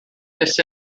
this